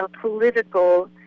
political